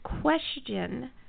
question